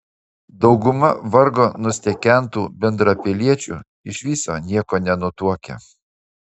dauguma vargo nustekentų bendrapiliečių iš viso nieko nenutuokia